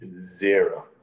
Zero